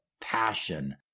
passion